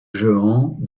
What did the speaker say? jehan